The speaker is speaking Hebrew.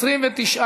(תגמולים ושיקום)